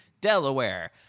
Delaware